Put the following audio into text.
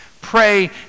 Pray